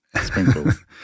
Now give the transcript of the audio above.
sprinkles